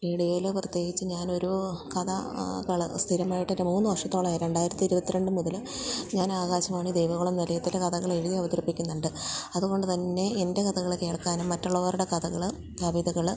റേഡിയോയില് പ്രത്യേകിച്ച് ഞാനൊരു കഥ കള് സ്ഥിരമായിട്ടൊരു മൂന്ന് വർഷത്തോളമായി രണ്ടായിരത്തി ഇരുപത്തിരണ്ട് മുതല് ഞാൻ ആകാശവാണി ദേവികുളം നിലയത്തില് കഥകളെഴുതി അവതരിപ്പിക്കുന്നുണ്ട് അതുകൊണ്ടുതന്നെ എൻ്റെ കഥകള് കേൾക്കാനും മറ്റുള്ളവരുടെ കഥകള് കവിതകള്